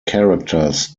characters